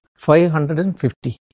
550